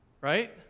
right